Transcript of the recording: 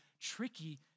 tricky